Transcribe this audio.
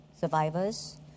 survivors